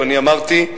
ואני אמרתי,